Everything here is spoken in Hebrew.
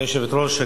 גברתי היושבת-ראש,